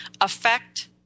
affect